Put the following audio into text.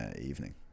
evening